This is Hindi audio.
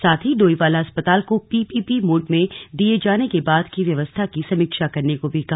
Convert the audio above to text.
साथ ही डोईवाला अस्पताल को पीपीपी मोड में दिए जाने के बाद की व्यवस्था की समीक्षा करने को भी कहा